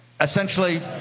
essentially